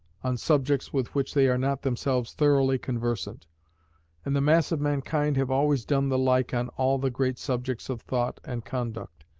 on subjects with which they are not themselves thoroughly conversant and the mass of mankind have always done the like on all the great subjects of thought and conduct,